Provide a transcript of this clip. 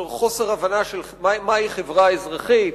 זה חוסר הבנה של מהי חברה אזרחית.